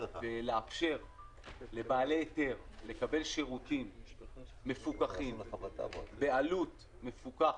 לאפשר לבעלי היתר לקבל שירותים מפוקחים בעלות מפוקחת,